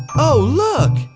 oh look!